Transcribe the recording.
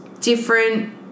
different